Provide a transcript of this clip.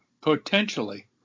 potentially